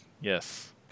Yes